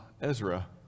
Ezra